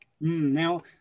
Now